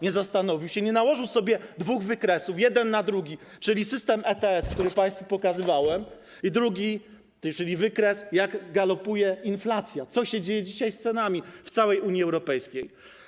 Nie zastanowił się, nie nałożył sobie dwóch wykresów, jeden na drugi, czyli systemu ETS, który państwu pokazywałem, i wykresu, jak galopuje inflacja, co się dzieje dzisiaj z cenami w całej Unii Europejskiej.